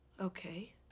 Okay